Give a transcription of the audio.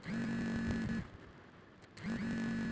कुछ लोग व्यक्तिगत स्टार पर घर खातिर भी लोन लेवेलन